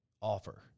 offer